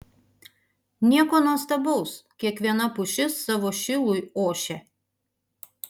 nieko nuostabaus kiekviena pušis savo šilui ošia